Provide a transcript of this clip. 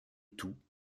tout